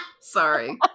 sorry